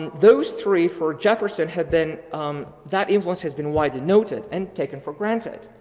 and those three for jefferson had been that it was has been widely noted and taken for granted.